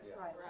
right